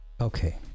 okay